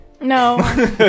No